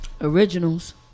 originals